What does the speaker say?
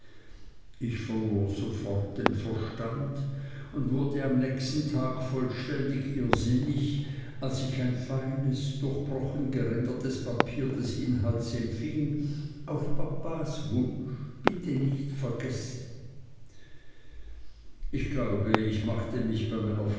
ich verlor sofort den verstand und wurde am nächsten tag vollständig irrsinnig als ich ein feines durchbrochen gerändertes billett des inhalts empfing auf papas wunsch bitte nicht zu vergessen ich glaube ich machte mich bei